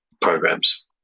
programs